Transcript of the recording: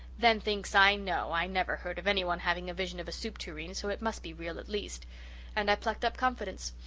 then thinks i, no, i never heard of anyone having a vision of a soup tureen, so it must be real at least and i plucked up confidence.